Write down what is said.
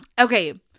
Okay